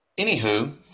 Anywho